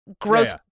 gross